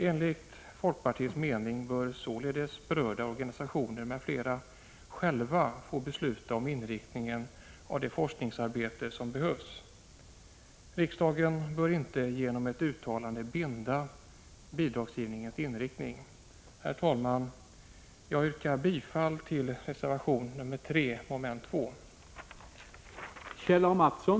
Enligt folkpartiets mening bör således berörda organisationer m.fl. själva få besluta om inriktningen av det forskningsarbete som behövs. Riksdagen bör inte genom ett uttalande binda bidragsgivningens inriktning. Herr talman! Jag yrkar bifall till reservation 3, avseende mom. 2 i utskottets hemställan.